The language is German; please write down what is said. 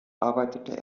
arbeitete